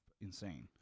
insane